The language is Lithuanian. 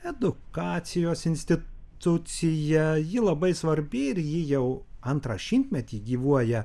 edukacijos institucija ji labai svarbi ir ji jau antrą šimtmetį gyvuoja